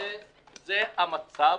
זה המצב,